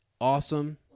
awesome